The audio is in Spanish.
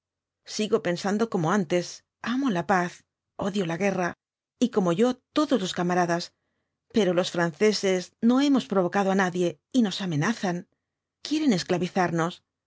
sigo pensando como antes amo la paz odio la guerra y como yo todos los camaradas pero los franceses no hemos provocado á nadie y nos amenazan quieren esclavizarnos